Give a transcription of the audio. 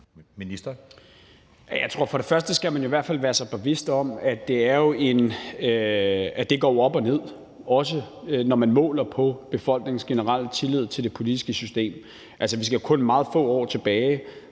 Jeg tror først og fremmest, at man i hvert fald skal være bevidst om, at det jo går op og ned, også når man måler på befolkningens generelle tillid til det politiske system. Vi skal kun meget få år tilbage,